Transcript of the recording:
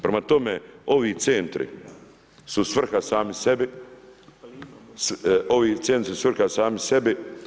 Prema tome, ovi centri, su svrha sami sebi, ovi centri su svrha sami sebi.